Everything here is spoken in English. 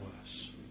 worse